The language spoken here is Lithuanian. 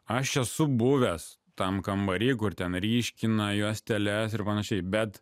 aš esu buvęs tam kambary kur ten ryškina juosteles ir panašiai bet